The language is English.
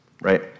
right